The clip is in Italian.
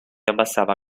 abbassava